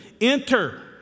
enter